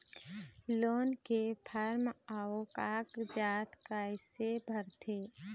Loan के form अऊ कागजात कइसे भरथें?